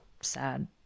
sad